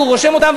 והוא רושם אותם,